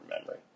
memory